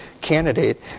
candidate